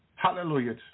Hallelujah